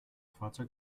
fahrzeug